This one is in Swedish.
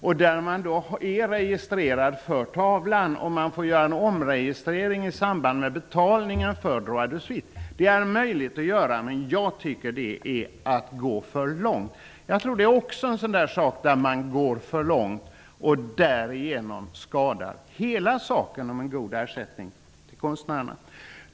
Där sker en registrering för tavlan, och i samband med betalningen för ''droit de suite'' måste det ske en omregistrering. Det är möjligt att göra, men jag tycker att det är att gå för långt. Därigenom skadas hela frågan om en god ersättning till konstnärerna.